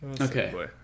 okay